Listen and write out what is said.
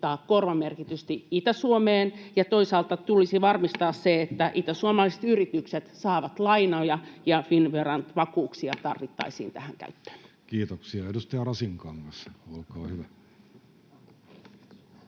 korvamerkitysti Itä-Suomeen, ja toisaalta tulisi varmistaa se, että itäsuomalaiset yritykset saavat lainoja, ja Finnveran vakuuksia tarvittaisiin tähän käyttöön. Kiitoksia — Edustaja Rasinkangas, olkaa hyvä.